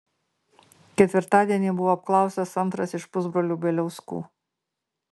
ketvirtadienį buvo apklaustas antras iš pusbrolių bieliauskų